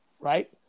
right